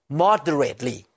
moderately